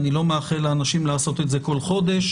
אני לא מאחל לאנשים לעשות את זה בכל חודש,